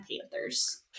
Panthers